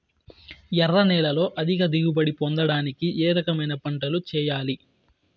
ఎర్ర నేలలో అధిక దిగుబడి పొందడానికి ఏ రకమైన పంటలు చేయాలి?